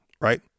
right